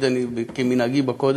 כמנהגי בקודש,